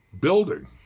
building